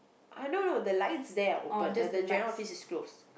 ah no no the lights there are open but the general office is closed